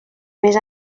més